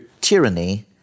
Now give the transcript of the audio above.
tyranny